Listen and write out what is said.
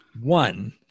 one